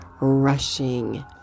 rushing